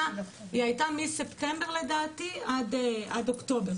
לדעתי היא הייתה מספטמבר עד אוקטובר.